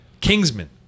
Kingsman